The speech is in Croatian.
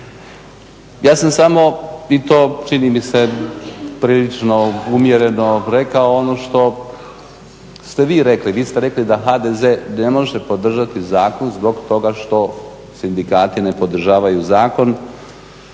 Ja sam samo i to čini mi se prilično umjereno rekao ono što ste vi rekli. Vi ste rekli da HDZ ne može podržati zakon zbog toga što sindikati ne podržavaju zakon.